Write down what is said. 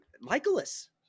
Michaelis